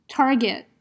target